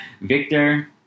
Victor